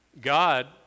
God